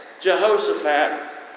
Jehoshaphat